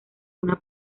una